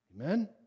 Amen